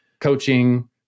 coaching